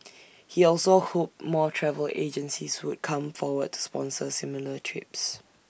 he also hoped more travel agencies would come forward to sponsor similar trips